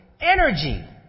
energy